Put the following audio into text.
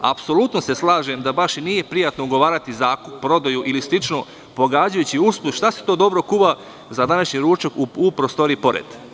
Apsolutno se slažem da baš nije prijatno ugovarati zakup, prodaju ili slično, pogađajući usput šta se to dobro kuva za današnji ručak u prostoriji pored.